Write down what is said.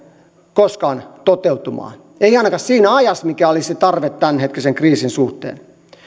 koskaan toteutumaan ei ainakaan siinä ajassa mikä olisi tarve tämänhetkisen kriisin suhteen